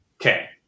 Okay